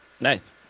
Nice